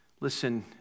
Listen